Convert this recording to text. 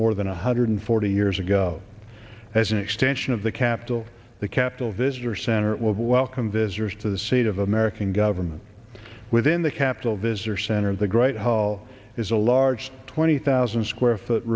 more than one hundred forty years ago as an extension of the capital the capitol visitor center will welcome visitors to the seat of american government within the capitol visitor center of the great hall is a large twenty thousand square foot